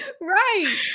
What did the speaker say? Right